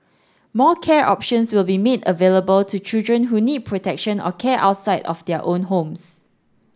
more care options will be made available to children who need protection or care outside of their own homes